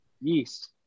yeast